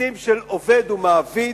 יחסים של עובד ומעביד,